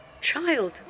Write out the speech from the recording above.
Child